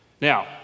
Now